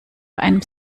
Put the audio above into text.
einem